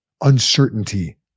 uncertainty